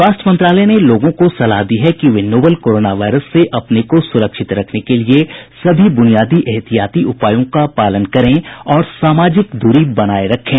स्वास्थ्य मंत्रालय ने लोगों को सलाह दी है कि वे नोवल कोरोना वायरस से अपने को सुरक्षित रखने के लिए सभी ब्रनियादी एहतियाती उपायों का पालन करें और सामाजिक दूरी बनाए रखें